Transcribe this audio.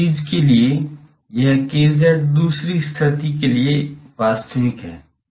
और इस चीज के लिए यह kz दूसरी स्थिति के लिए वास्तविक है